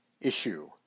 issue